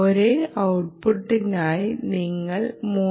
ഒരേ ഔട്ട്പുട്ടിനായി നിങ്ങൾ 3